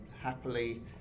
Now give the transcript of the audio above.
happily